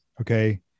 okay